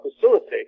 facilitate